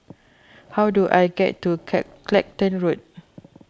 how do I get to cat Clacton Road